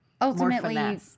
Ultimately